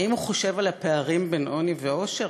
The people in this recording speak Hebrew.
האם הוא חושב על הפערים בין עוני לעושר,